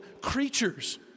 creatures